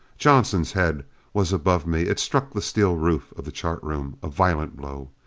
johnson's head was above me. it struck the steel roof of the chart room. a violent blow.